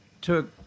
took